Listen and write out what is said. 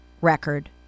record